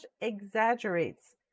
exaggerates